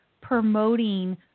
promoting